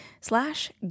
slash